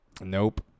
nope